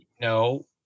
No